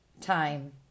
time